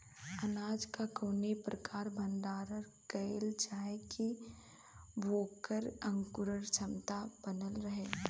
अनाज क कवने प्रकार भण्डारण कइल जाय कि वोकर अंकुरण क्षमता बनल रहे?